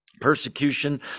persecution